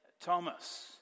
Thomas